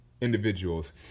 individuals